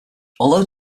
although